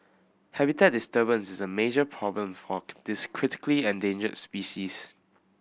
habitat disturbance is a major problem for this critically endangered species